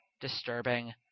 disturbing